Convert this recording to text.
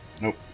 Nope